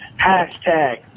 Hashtag